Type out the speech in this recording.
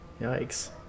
Yikes